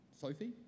Sophie